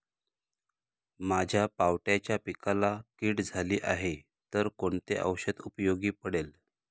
माझ्या पावट्याच्या पिकाला कीड झाली आहे तर कोणते औषध उपयोगी पडेल?